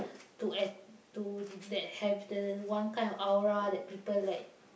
to at~ to that have the one kind of aura that people like